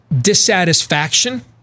dissatisfaction